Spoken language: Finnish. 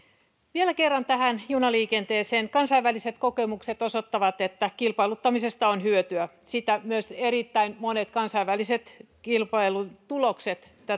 vielä kerran tähän junaliikenteeseen kansainväliset kokemukset osoittavat että kilpailuttamisesta on hyötyä sitä myös erittäin monet kansainväliset kilpailutulokset